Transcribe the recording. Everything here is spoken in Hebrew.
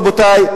רבותי,